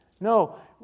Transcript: No